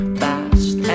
fast